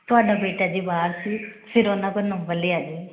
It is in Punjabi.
ਤੁਹਾਡਾ ਬੇਟਾ ਜੀ ਬਾਹਰ ਸੀ ਫਿਰ ਓਹਨਾ ਤੋਂ ਨੰਬਰ ਲਿਆ ਜੀ